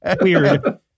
Weird